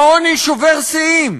העוני שובר שיאים,